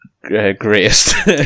greatest